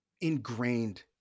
ingrained